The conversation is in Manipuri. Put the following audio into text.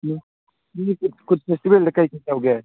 ꯅꯣꯏꯒꯤ ꯀꯨꯠ ꯐꯦꯁꯇꯤꯕꯦꯜꯗ ꯀꯔꯤ ꯀꯔꯤ ꯇꯧꯒꯦ